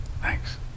thanks